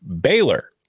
Baylor